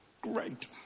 Great